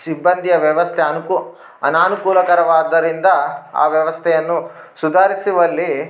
ಸಿಬ್ಬಂದಿಯ ವ್ಯವಸ್ಥೆ ಅನುಕು ಅನಾನುಕೂಲಕರವಾದ್ದರಿಂದ ಆ ವ್ಯವಸ್ಥೆಯನ್ನು ಸುಧಾರಿಸುವಲ್ಲಿ